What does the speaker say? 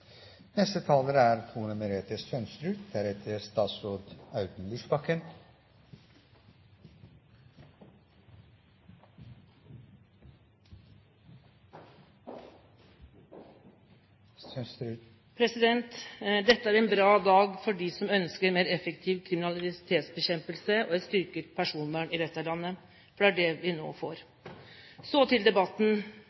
Dette er en bra dag for dem som ønsker mer effektiv kriminalitetsbekjempelse og et styrket personvern i dette landet, for det er det vi nå får.